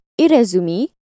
Irezumi